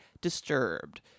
disturbed